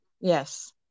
Yes